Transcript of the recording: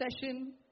session